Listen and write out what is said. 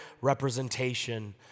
representation